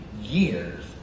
years